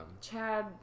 Chad